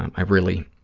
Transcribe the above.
i really